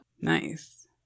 nice